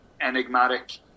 enigmatic